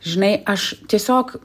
žinai aš tiesiog